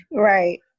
Right